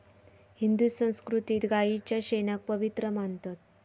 हिंदू संस्कृतीत गायीच्या शेणाक पवित्र मानतत